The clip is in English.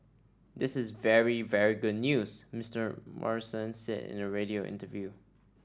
this is very very good news Mister Morrison said in a radio interview